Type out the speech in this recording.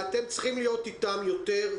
ואתם צריכים להיות איתם יותר,